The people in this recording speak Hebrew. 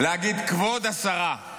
להגיד: כבוד השרה.